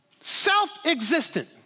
self-existent